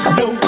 no